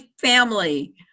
family